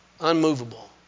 unmovable